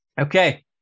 okay